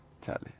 Charlie